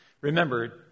Remember